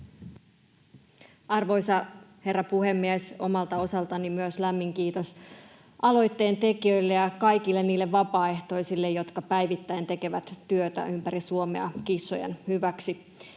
Arvoisa herra puhemies! Omalta osaltani myös lämmin kiitos aloitteen tekijöille ja kaikille niille vapaaehtoisille ympäri Suomen, jotka päivittäin tekevät työtä kissojen hyväksi.